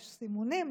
יש סימונים,